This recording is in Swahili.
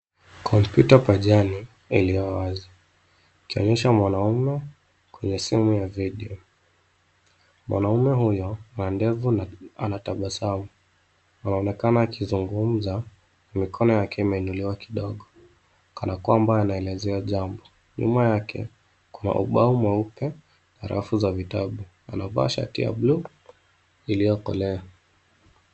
Kompyuta pajani iliyowazi, ikionyesha mwanaume kwenye simu ya video. Mwanaume huyo ana ndevu na anatabasamu, inaonekana akizungumza na mikono yake imeinuliwa kidogo kana kwamba anaelezea jambo. Nyuma yake kuna ubao mweupe na rafu za vitabu. Anavaa shati ya buluu iliyokolea.